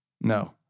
No